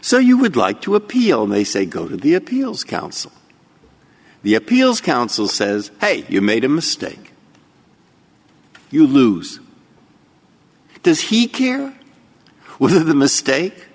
so you would like to appeal they say go to the appeals council the appeals council says hey you made a mistake you lose does he care who the mistake